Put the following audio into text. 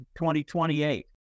2028